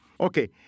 Okay